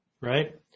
right